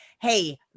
Hey